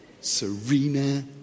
Serena